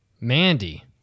Mandy